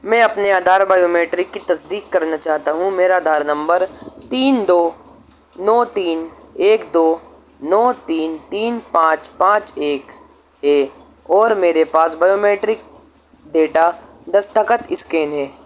میں اپنے Aadhaar biometric کی تصدیق کرنا چاہتا ہوں میرا آدھار نمبر تین دو نو تین ایک دو نو تین تین پانچ پانچ ایک ہے اور میرے پاس بیومیٹرک ڈیٹا دستخط اسکین ہے